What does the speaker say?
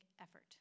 effort